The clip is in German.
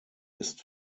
ist